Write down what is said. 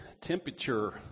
temperature